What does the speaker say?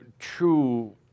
true